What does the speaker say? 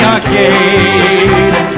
Arcade